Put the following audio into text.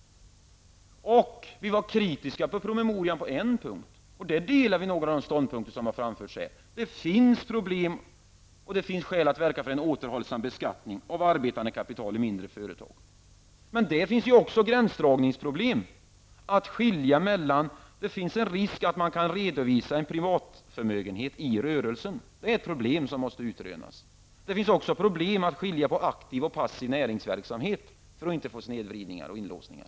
På en punkt var vi kritiska mot promemorian, och där delar vi några av de synpunkter som har framförts här. Det finns problem, och det finns skäl att verka för en återhållsam beskattning av arbetande kapital i mindre företag. Men där finns också gränsdragningsproblem. Det finns risk för att man kan redovisa privatförmögenhet i rörelsen. Det är ett problem som måste utredas. Det finns också problem med att skilja mellan aktiv och passiv näringsverksamhet på ett sådant sätt att man inte får snedvridningar och inlåsningar.